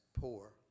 poor